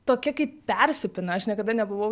tokia kaip persipina aš niekada nebuvau